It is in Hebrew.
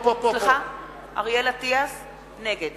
נגד